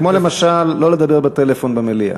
כמו למשל לא לדבר בטלפון במליאה.